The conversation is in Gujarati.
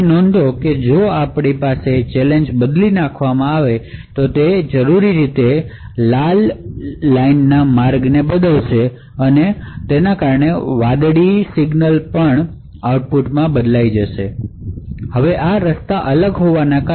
નોંધો કે જો આપણે ચેલેંજ બદલીએ છીએ તો તે લાલ અને વાદળી સિગ્નલના માર્ગને બદલશે અને અને પરિણામે આઉટપુટ બદલાશે